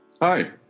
Hi